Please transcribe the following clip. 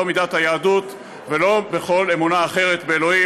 לא מדת היהדות ולא בכל אמונה אחרת באלוהים.